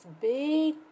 big